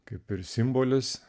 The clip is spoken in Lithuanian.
kaip ir simbolis